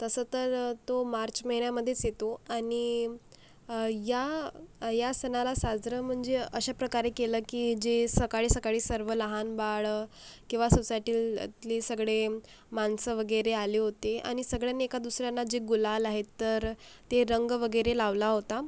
तसं तर तो मार्च महिन्यामध्येच येतो आणि या या सणाला साजरं म्हणजे अशा प्रकारे केलं की जे सकाळी सकाळी सर्व लहान बाळं किंवा सोसायटीतली सगळे माणसं वगैरे आले होते आणि सगळ्यांनी एका दुसऱ्याना जे गुलाल आहेत तर ते रंग वगैरे लावला होता